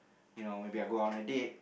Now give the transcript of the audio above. you know maybe I'll go on a date